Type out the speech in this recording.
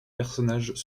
personnages